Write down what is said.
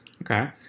Okay